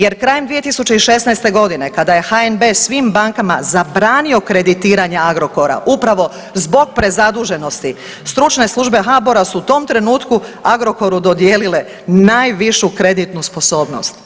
Jer krajem 2016. godine, kada je HNB svim bankama zabranio kreditiranje Agrokora, upravo zbog prezaduženosti, stručne službe HBOR-a su u tom trenutku Agrokoru dodijelile najvišu kreditnu sposobnost.